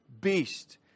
beast